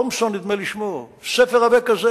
נדמה לי ששמו תומסון ספר עבה כזה,